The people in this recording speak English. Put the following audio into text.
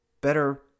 better